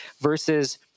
Versus